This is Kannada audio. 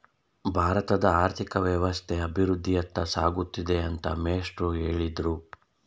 ಭಾರತದ ಆರ್ಥಿಕ ವ್ಯವಸ್ಥೆ ಅಭಿವೃದ್ಧಿಯತ್ತ ಸಾಗುತ್ತಿದೆ ಅಂತ ಮೇಷ್ಟ್ರು ಹೇಳಿದ್ರು